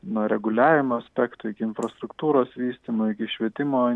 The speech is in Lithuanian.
nuo reguliavimo aspektų iki infrastruktūros vystymo iki švietimo